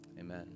Amen